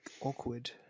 awkward